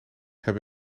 heb